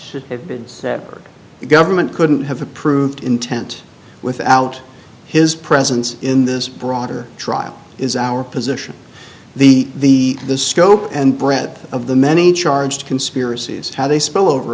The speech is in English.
should have been separate the government couldn't have approved intent without his presence in this broader trial is our position the the scope and breadth of the many charged conspiracies how they spell over